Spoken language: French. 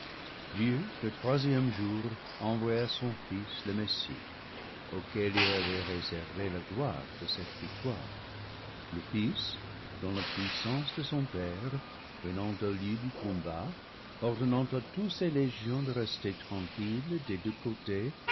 dieu le troisième jour envoya son fils le messie auquel il avait réservé la gloire de cette victoire le fils dont la puissance de son père venant au lieu du combat ordonnant à tous ses légions de rester tranquilles des deux côtés